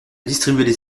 distribuaient